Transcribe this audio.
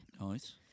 Nice